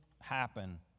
happen